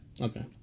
okay